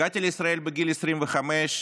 הגעתי לישראל בגיל 25,